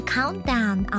Countdown